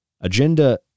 Agenda